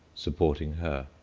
supporting her,